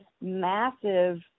massive